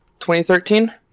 2013